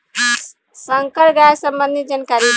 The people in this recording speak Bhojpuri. संकर गाय सबंधी जानकारी दी?